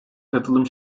katılım